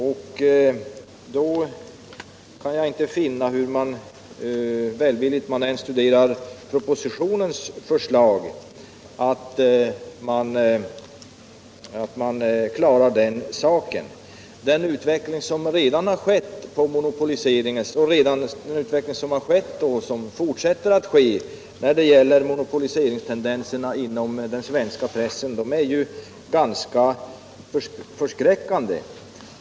Jag kan inte finna, hur välvilligt jag än studerar propositionens förslag, att man klarar den uppgiften. Den utveckling som redan skett och som fortsätter när det gäller monopoliseringstendenserna inom den svenska pressen är ganska förskräckande.